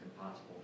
impossible